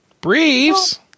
Briefs